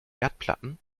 erdplatten